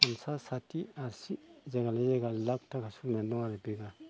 फन्सास साथि आसि जायगा लायै जायगा लाख थाखा सोलिनानै दङ आरो बिघा